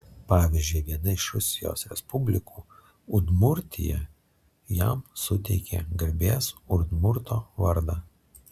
pavyzdžiui viena iš rusijos respublikų udmurtija jam suteikė garbės udmurto vardą